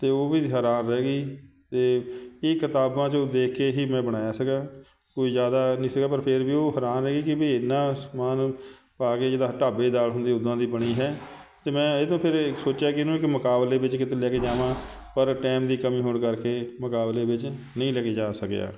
ਤਾਂ ਉਹ ਵੀ ਹੈਰਾਨ ਰਹਿ ਗਈ ਅਤੇ ਕੀ ਕਿਤਾਬਾਂ 'ਚੋਂ ਦੇਖ ਕੇ ਹੀ ਮੈਂ ਬਣਾਇਆ ਸੀਗਾ ਕੋਈ ਜ਼ਿਆਦਾ ਨਹੀਂ ਸੀਗਾ ਪਰ ਫਿਰ ਵੀ ਉਹ ਹੈਰਾਨ ਰਹਿ ਗਈ ਕਿ ਵੀ ਇੰਨਾ ਸਮਾਨ ਪਾ ਕੇ ਜਿੱਦਾਂ ਢਾਬੇ ਦੀ ਦਾਲ ਹੁੰਦੀ ਉੱਦਾਂ ਦੀ ਬਣੀ ਹੈ ਅਤੇ ਮੈਂ ਇਹਤੋਂ ਫਿਰ ਸੋਚਿਆ ਕਿ ਇਹ ਨੂੰ ਇੱਕ ਮੁਕਾਬਲੇ ਵਿੱਚ ਕਿਤੇ ਲੈ ਕੇ ਜਾਵਾਂ ਪਰ ਟਾਈਮ ਦੀ ਕਮੀ ਹੋਣ ਕਰਕੇ ਮੁਕਾਬਲੇ ਵਿੱਚ ਨਹੀਂ ਲੈ ਕੇ ਜਾ ਸਕਿਆ